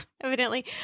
evidently